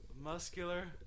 muscular